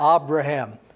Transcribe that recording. Abraham